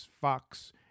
Fox